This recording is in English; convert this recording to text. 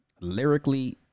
lyrically